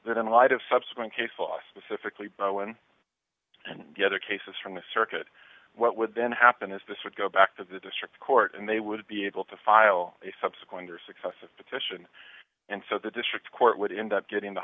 that in light of subsequent case law specifically when the other cases from the circuit what would then happen is this would go back to the district court and they would be able to file a subsequent successive petition and so the district court would in that getting the